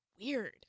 weird